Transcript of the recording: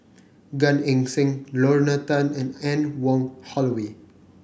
Gan Eng Seng Lorna Tan and Anne Wong Holloway